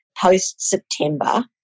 post-September